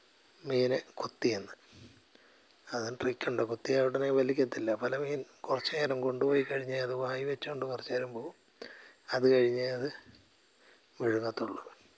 മീൻ കുത്തി എന്ന് അങ്ങനെ ട്രിക്ക് ഉണ്ട് കുത്തിയാൽ ഉടനെ വലിക്കില്ല പല മീൻ കുറച്ച് നേരം കൊണ്ട് പോയി കഴിഞ്ഞേ അത് വായിൽ വെച്ചുകൊണ്ട് കുറച്ചുനേരം പോവും അത് കഴിഞ്ഞേ അത് വിഴുങ്ങുള്ളൂ